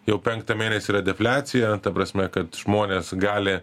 jau penktą mėnesį yra defliacija ta prasme kad žmonės gali